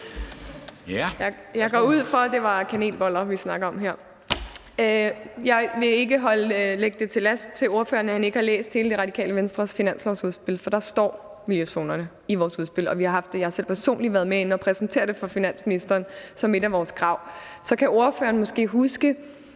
Jeg går ud fra, det er kanelboller, vi snakker om her! Jeg vil ikke lægge spørgeren til last, at han ikke har læst hele Det Radikale Venstres finanslovsudspil. For miljøzonerne står i vores udspil, og jeg har selv personligt været med inde at præsentere det for finansministeren som et af vores krav. Så kan ordføreren måske huske,